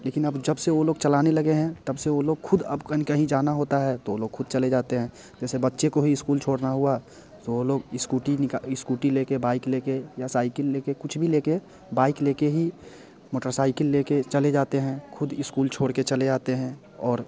लेकिन अब जब से वो लोग चलाने लगे हैं तब से वो लोग ख़ुद अब कहीं जाना होता है तो वो ख़ुद चले जाते हैं जैसे बच्चे को ही इस्कूल छोड़ना हुआ तो वो लोग इस्कूटी निकाल इस्कूटी ले कर बाइक ले कर या साइकिल ले कर कुछ भी ले कर बाइक ले कर ही मोटरसाइकिल ले कर चले जाते हैं ख़ुद इस्कूल छोड़ कर चले आते हैं और